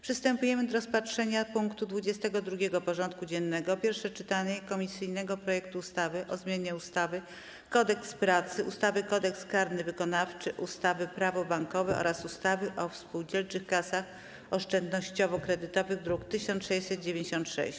Przystępujemy do rozpatrzenia punktu 22. porządku dziennego: Pierwsze czytanie komisyjnego projektu ustawy o zmianie ustawy - Kodeks pracy, ustawy - Kodeks karny wykonawczy, ustawy - Prawo bankowe oraz ustawy o spółdzielczych kasach oszczędnościowo-kredytowych (druk nr 1696)